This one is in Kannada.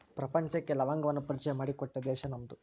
ಪ್ರಪಂಚಕ್ಕೆ ಲವಂಗವನ್ನಾ ಪರಿಚಯಾ ಮಾಡಿಕೊಟ್ಟಿದ್ದ ದೇಶಾ ನಮ್ದು